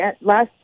last